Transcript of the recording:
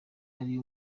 ari